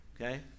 Okay